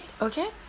okay